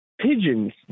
pigeons